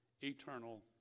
eternal